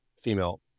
female